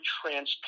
transparent